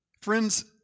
Friends